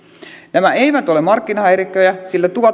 nämä eivät ole markkinahäirikköjä sillä